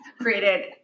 created